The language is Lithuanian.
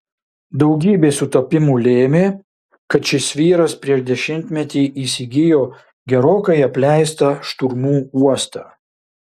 daugybė sutapimų lėmė kad šis vyras prieš dešimtmetį įsigijo gerokai apleistą šturmų uostą